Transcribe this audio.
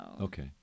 Okay